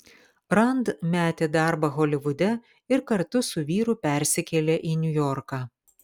rand metė darbą holivude ir kartu su vyru persikėlė į niujorką